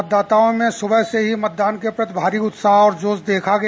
मतदाताओं में सुबह से ही मतदान के प्रति भारी उत्साह और जोश देखा गया